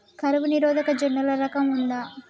కరువు నిరోధక జొన్నల రకం ఉందా?